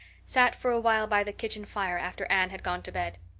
sat for a while by the kitchen fire after anne had gone to bed.